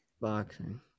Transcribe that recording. Boxing